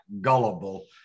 gullible